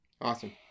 Awesome